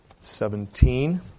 seventeen